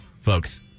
Folks